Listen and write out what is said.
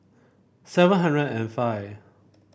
seven hundred and five